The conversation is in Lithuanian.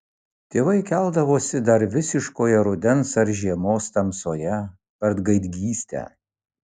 tėvai keldavosi dar visiškoje rudens ar žiemos tamsoje per gaidgystę